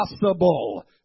possible